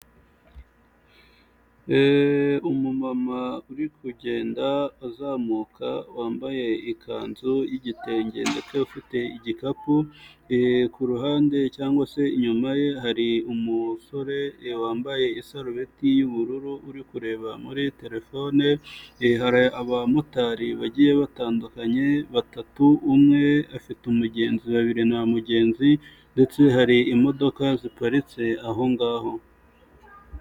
Umumama uri kugenda azamuka, wambaye ikanzu y'igitenge ndetse ufite igikapu, ku ruhande cyangwa se inyuma ye, hari umusore wambaye isarubeti y'ubururu uri kureba muri telefone, hari abamotari bagiye batandukanye batatu, umwe afite umugenzi babiri nta mugenzi ndetse hari imodoka ziparitse aho ngaho.